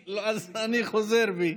לא, אז אני חוזר בי.